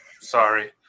sorry